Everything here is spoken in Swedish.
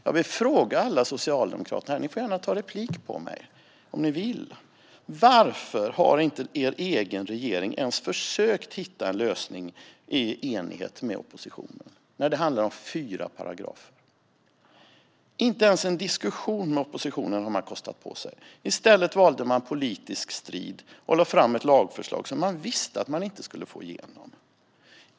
Låt mig fråga alla socialdemokrater här, och ni får gärna ta replik på mig om ni vill: Varför har regeringen inte ens försökt hitta en lösning i enighet med oppositionen? Det handlar om fyra paragrafer. Inte ens en diskussion med oppositionen har man kostat på sig. I stället valde man politisk strid och lade fram ett lagförslag som man visste att man inte skulle få igenom.